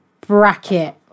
bracket